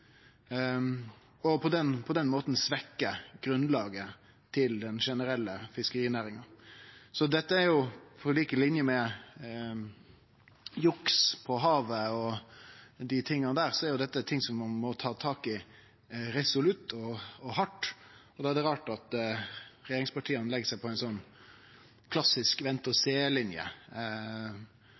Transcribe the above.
På den måten svekkjer ein grunnlaget for den generelle fiskerinæringa. På lik linje med juks på havet og dei tinga er dette ting som ein må ta tak i resolutt og hardt. Da er det rart at regjeringspartia legg seg på ei klassisk